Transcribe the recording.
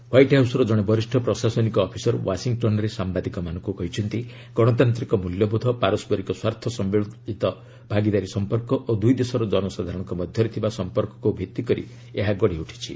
white ହାଉସ୍ର ଜଣେ ବରିଷ୍ଠ ପ୍ରଶାସନିକ ଅଫିସର ୱାଶିଂଟନ୍ରେ ସାମ୍ବାଦିକମାନଙ୍କୁ କହିଛନ୍ତି ଗଣତାନ୍ତିକ ମୂଲ୍ୟବୋଧ ପାରସ୍କରିକ ସ୍ୱାର୍ଥ ସମ୍ଭଳିତ ଭାଗିଦାରୀ ସମ୍ପର୍କ ଓ ଦୁଇ ଦେଶର ଜନସାଧାଣଙ୍କ ମଧ୍ୟରେ ଥିବା ସମ୍ପର୍କକୁ ଭିଭି କରି ଏହା ଗଢ଼ି ଉଠିଛି